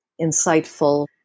insightful